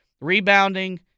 rebounding